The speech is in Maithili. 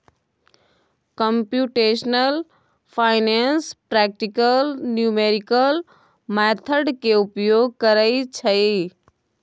computational finance practical numerical method के उपयोग करइ छइ